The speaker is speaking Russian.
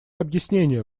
объяснения